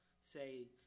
say